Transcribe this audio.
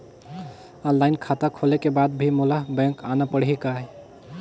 Online खाता खोले के बाद भी मोला बैंक आना पड़ही काय?